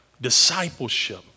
Discipleship